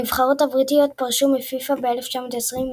הנבחרות הבריטיות פרשו מפיפ"א ב-1920,